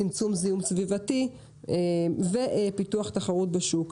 צמצום זיהום סביבתי ופיתוח תחרות בשוק.